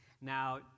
now